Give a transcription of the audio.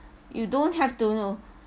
you don't have to you know